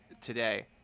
today